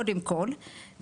קודם כל,